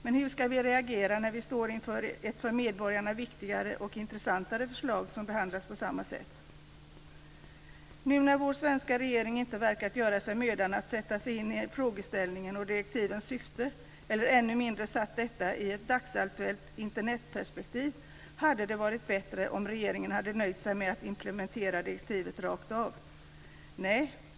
Men hur ska vi reagera när vi står inför ett för medborgarna viktigare och intressantare förslag som behandlas på samma sätt? Vår svenska regering har inte verkat göra sig mödan att sätta sig in i frågeställningen och direktivets syfte eller ännu mindre satt detta i ett dagsaktuellt Internetperspektiv. Därför hade det varit bättre om regeringen hade nöjt sig med att implementera direktivet rakt av.